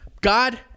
God